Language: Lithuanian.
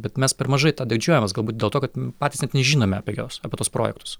bet mes per mažai tuo didžiuojamės galbūt dėl to kad patys net nežinome apie juos apie tuos projektus